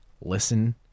Listen